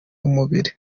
umubiri